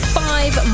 five